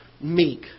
meek